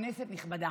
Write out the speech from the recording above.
כנסת נכבדה,